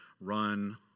run